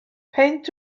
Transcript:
peint